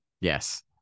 Yes